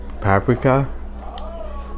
paprika